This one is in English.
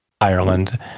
Ireland